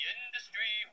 Industry